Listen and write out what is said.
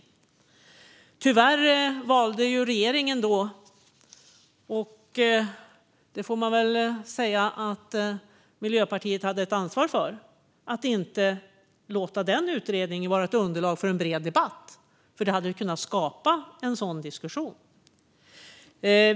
Men tyvärr valde regeringen - och det får man väl säga att Miljöpartiet hade ett ansvar för - att inte låta utredningen vara ett underlag för en bred debatt. Det hade ju kunnat skapa en sådan diskussion.